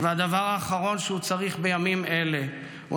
והדבר האחרון שהוא צריך בימים אלה הוא